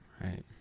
Right